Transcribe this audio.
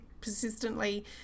persistently